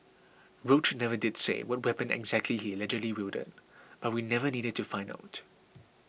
roach never did say what weapon exactly he allegedly wielded but we never needed to find out